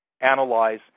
analyze